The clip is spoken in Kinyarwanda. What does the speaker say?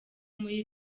muri